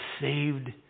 saved